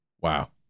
Wow